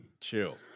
Chill